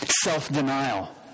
Self-denial